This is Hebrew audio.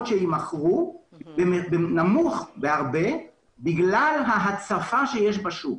שיימכרו במחיר נמוך בהרבה בגלל ההצפה שיש בשוק.